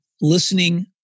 listening